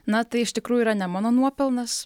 na tai iš tikrųjų yra ne mano nuopelnas